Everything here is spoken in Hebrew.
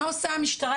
מה עושה המשטרה,